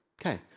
Okay